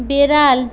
বেড়াল